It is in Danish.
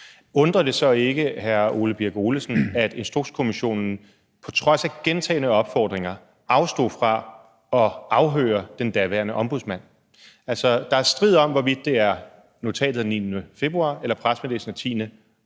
Birk Olesen, at Instrukskommissionen på trods af gentagne opfordringer afstod fra at afhøre den daværende ombudsmand? Altså, der er strid om, hvorvidt det er notatet af 9. februar eller pressemeddelelsen af 10. februar,